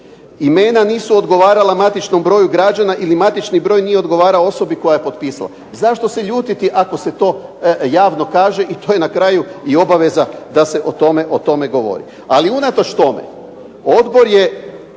imena nisu odgovarala matičnom broju građana ili matični broj nije odgovarao osobi koja je potpisala. Zašto se ljutiti ako se to javno kaže i to je na kraju i obaveza da se o tome govori. Ali unatoč tome, Odbor je